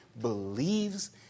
believes